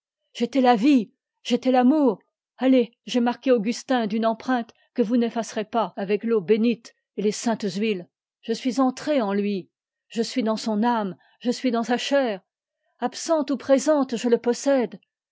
j'étais la vie j'étais l'amour allez j'ai marqué augustin d'une empreinte que vous n'effacerez pas avec l'eau bénite et les saintes huiles je suis entrée en lui je suis dans son âme et dans sa chair absente ou présente je le possède